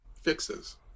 fixes